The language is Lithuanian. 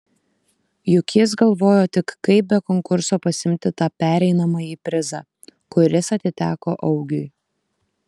juk jis galvojo tik kaip be konkurso pasiimti tą pereinamąjį prizą kuris atiteko augiui